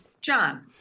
John